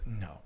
No